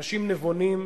אנשים נבונים,